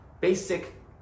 basic